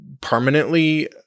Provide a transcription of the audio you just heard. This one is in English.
permanently